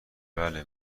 بله